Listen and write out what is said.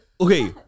Okay